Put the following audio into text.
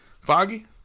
foggy